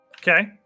Okay